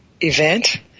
event